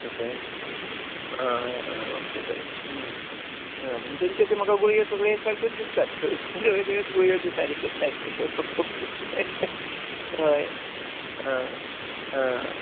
अशे आं हय ऑके बरें म्हणजे तेंच्यो त्यो म्हाका गुळ्यो सगळ्यो एक सारक्योच दिसतात सो वेगवेगळ्या दितात हय आं आं